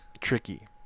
Tricky